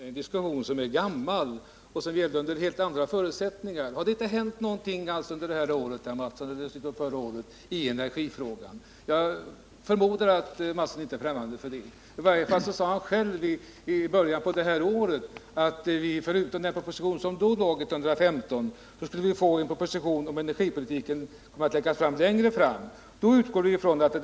Herr talman! Vi har fastnat i en gammal diskussion då det gällde helt andra förutsättningar. Har det, herr Mattsson, inte hänt någonting förra året och i år beträffande energifrågan? Jag förmodar att herr Mattsson inte är främmande för tanken att det har gjort det. I varje fall sade han själv i början av det här året att vi, förutom proposition 115 som då förelåg, skulle få en proposition om energipolitiken senare.